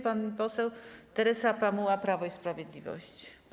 Pani poseł, Teresa Pamuła, Prawo i Sprawiedliwość.